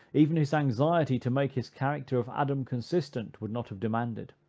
even his anxiety to make his character of adam consistent would not have demanded.